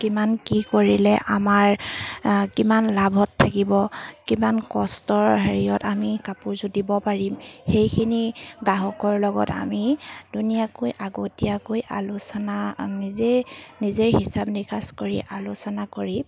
কিমান কি কৰিলে আমাৰ কিমান লাভত থাকিব কিমান কষ্টৰ হেৰিয়ত আমি কাপোৰযোৰ দিব পাৰিম সেইখিনি গ্ৰাহকৰ লগত আমি ধুনীয়াকৈ আগতীয়াকৈ আলোচনা নিজে নিজে হিচাপ নিকাচ কৰি আলোচনা কৰি